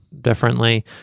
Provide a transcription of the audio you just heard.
differently